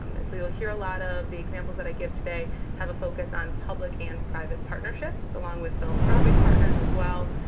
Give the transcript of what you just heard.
um and so you'll hear a lot of the examples that i give today have a focus on public and private partnerships. along with philanthropic partners as well.